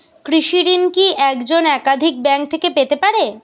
কৃষিঋণ কি একজন একাধিক ব্যাঙ্ক থেকে পেতে পারে?